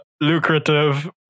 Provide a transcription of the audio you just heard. lucrative